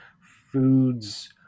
foods